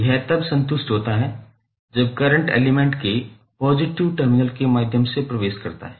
यह तब संतुष्ट होता है जब करंट एलिमेंट के पॉजिटिव टर्मिनल के माध्यम से प्रवेश करता है